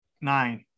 nine